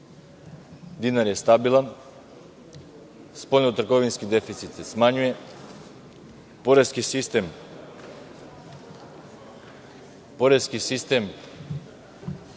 Dinar je stabilan, spoljno-trgovinski deficit se smanjuje, poreski sistem